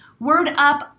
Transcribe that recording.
WordUp